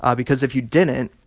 um because if you didn't,